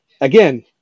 again